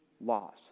laws